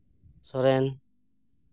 Soren